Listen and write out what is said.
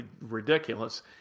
ridiculous